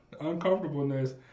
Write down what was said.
uncomfortableness